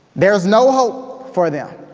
there's no hope for them.